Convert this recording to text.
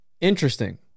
Interesting